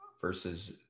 versus